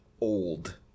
old